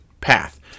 path